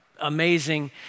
amazing